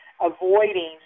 avoiding